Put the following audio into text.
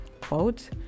quote